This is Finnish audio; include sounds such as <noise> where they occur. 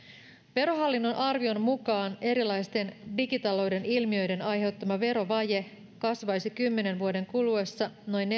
verohallinnon arvion mukaan erilaisten digitalouden ilmiöiden aiheuttama verovaje kasvaisi kymmenen vuoden kuluessa noin <unintelligible>